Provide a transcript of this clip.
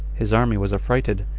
his army was affrighted,